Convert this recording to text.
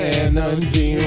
energy